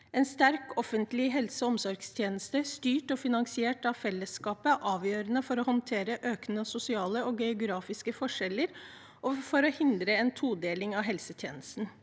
En sterk offentlig helse- og omsorgstjeneste styrt og finansiert av fellesskapet er avgjørende for å håndtere økende sosiale og geografiske forskjeller og for å hindre en todeling av helsetjenesten.